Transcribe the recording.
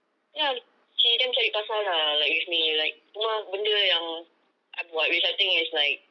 ya she damn cari pasal ah like with me like semua benda yang I buat which I think is like